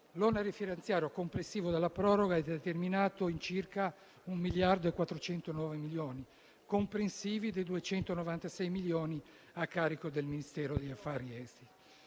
L'onere finanziario complessivo della proroga è determinato in circa 1,409 miliardi, comprensivi di 296 milioni a carico del Ministero degli affari esteri.